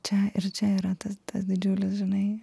čia ir čia yra tas tas didelis žinai